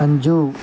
Anju